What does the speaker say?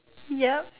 yup